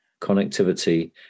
connectivity